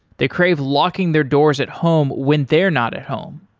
they crave locking their doors at home when they're not at home.